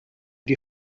die